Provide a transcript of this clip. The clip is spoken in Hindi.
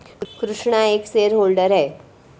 कृष्णा एक शेयर होल्डर है